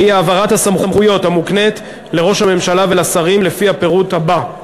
והוא העברת הסמכויות המוקנות לראש הממשלה ולשרים לפי הפירוט הבא: